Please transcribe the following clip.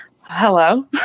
Hello